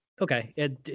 Okay